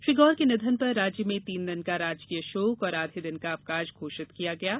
श्री गौर के निधन पर राज्य में तीन दिन का राजकीय शोक और आधे दिन का अवकाश घोषित किया गया है